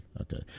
Okay